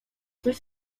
coś